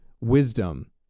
wisdom